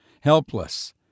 helpless